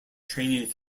training